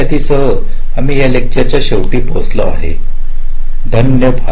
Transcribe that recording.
यासह आम्ही या लेक्चरच्या शेपटी पोहोचलो आहोत